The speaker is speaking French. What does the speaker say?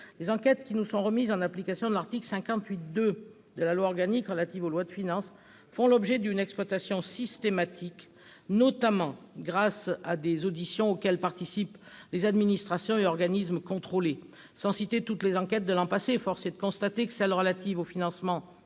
Les enquêtes qui nous sont remises en application du 2° de l'article 58 de la loi organique relative aux lois de finances font l'objet d'une exploitation systématique, notamment grâce à des auditions auxquelles participent les représentants des administrations et organismes contrôlés. Sans citer toutes les enquêtes de l'an passé, force est de constater que celles qui sont relatives au financement